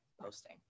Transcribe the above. posting